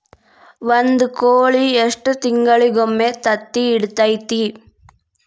ಒಂದ್ ಕೋಳಿ ಎಷ್ಟ ತಿಂಗಳಿಗೊಮ್ಮೆ ತತ್ತಿ ಇಡತೈತಿ?